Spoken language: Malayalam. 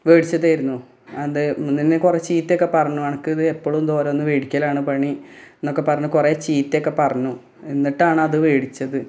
വേടിച്ചതായിരുന്നു അത് ഇതുതന്നെ കുറെ ചീത്തയൊക്കെ പറഞ്ഞു അനക്കിത് എപ്പഴും ഇത് ഓരോന്ന് വേടിക്കലാണ് പണി എന്നൊക്കെ പറഞ്ഞ് കുറേ ചീത്ത ഒക്കെ പറഞ്ഞു എന്നിട്ടാണ് അത് വേടിച്ചത്